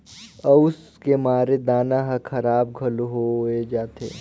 अउस के मारे दाना हर खराब घलो होवे जाथे